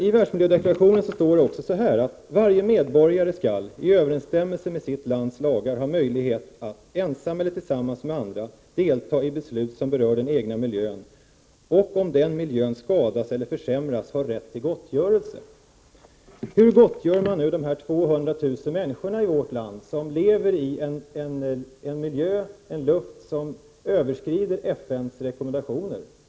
I världsmiljödeklarationen står det också: ”Varje medborgare skall, i överensstämmelse med sitt lands lagar, ha möjlighet att — ensam eller tillsammans med andra — delta i beslut som berör den egna miljön och, om den miljön skadas eller försämras, ha rätt till gottgörelse.” Hur gottgör man de 200 000 människor i vårt land som lever i en miljö där luftföroreningarna överskrider FN:s rekommendationer?